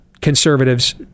conservatives